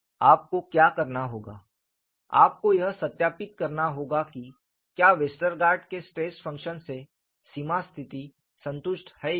आपको क्या करना होगा आपको यह सत्यापित करना होगा कि क्या वेस्टरगार्ड के स्ट्रेस फंक्शन से सीमा की स्थिति संतुष्ट है या नहीं